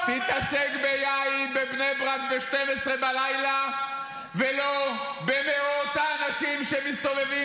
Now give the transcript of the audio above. תתעסק ביין בבני ברק ב-24:00 ולא במאות האנשים שמסתובבים